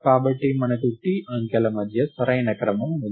కాబట్టి మనకు t అంకెల మధ్య సరైన క్రమం ఉంది